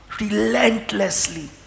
Relentlessly